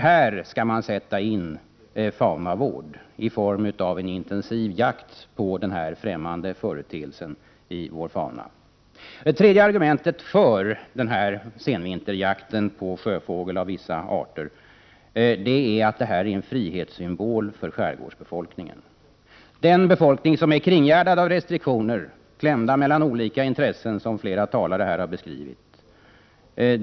Här skall man sätta in faunavård i form av intensivjakt på denna främmande företeelse i vår fauna. Det tredje argumentet för denna senvinterjakt på sjöfågel av vissa arter är att detta är en frihetssymbol för skärgårdsbefolkningen. Denna befolkning är kringgärdad av restriktioner, klämd mellan olika intressen, som flera talare här har beskrivit.